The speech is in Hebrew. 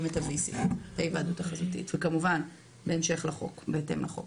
את ההיוועדות החזותית וזה כמובן בהתאם לחוק.